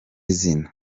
zina